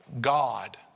God